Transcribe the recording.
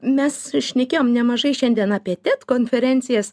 mes šnekėjom nemažai šiandien apie ted konferencijas